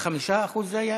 95% זה היה?